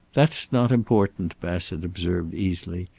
that's not important, bassett observed, easily.